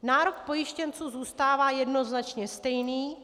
Nárok pojištěnců zůstává jednoznačně stejný.